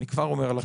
אני כבר אומר,